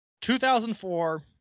2004